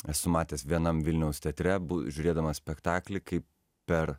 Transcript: esu matęs vienam vilniaus teatre bu žiūrėdamas žiūrėdamas spektaklį kaip per